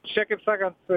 čia kaip sakant